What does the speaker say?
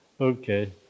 Okay